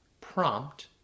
prompt